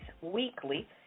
Weekly